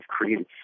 created